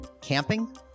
Camping